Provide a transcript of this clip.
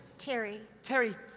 terry. terry.